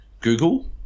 Google